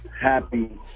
happy